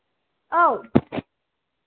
औ